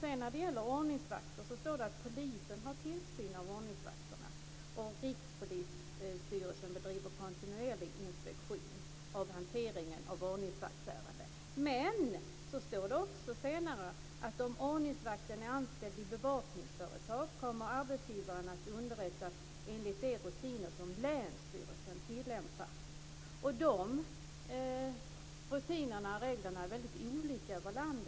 Men när det sedan gäller ordningsvakter står det att polisen har "tillsyn över ordningsvakterna" och att Rikspolisstyrelsen "bedriver kontinuerlig inspektion av polismyndigheternas hantering av ordningsvaktsärenden". Men det står också: "Om en ordningsvakt har anställning i ett bevakningsföretag kommer arbetgivaren att underrättas enligt de rutiner som länsstyrelsen tillämpar." De rutinerna och reglerna är väldigt olika över landet.